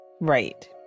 Right